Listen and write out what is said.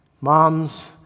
Moms